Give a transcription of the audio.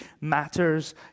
matters